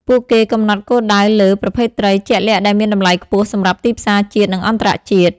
ពួកគេកំណត់គោលដៅលើ ប្រភេទត្រី ជាក់លាក់ដែលមានតម្លៃខ្ពស់សម្រាប់ទីផ្សារជាតិ និងអន្តរជាតិ។